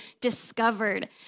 discovered